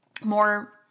more